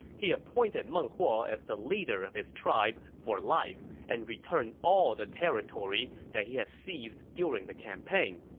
he appointed meng huo as the leader of his tribe for life and returned all the territory that he had seized during the campaign.